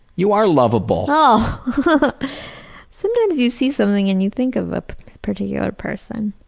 you are lovable. and sometimes you see something and you think of a particular person.